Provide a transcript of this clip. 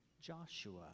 Joshua